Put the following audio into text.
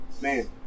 Man